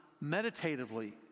meditatively